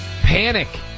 Panic